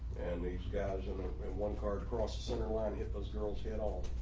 and these guys, and one card cross the center line hit those girls hit all